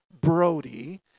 Brody